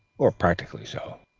or practically so.